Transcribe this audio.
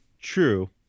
true